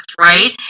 right